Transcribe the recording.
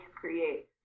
create